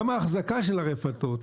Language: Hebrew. גם האחזקה של הרפתות.